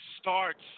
starts